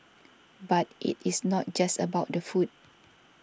but it is not just about the food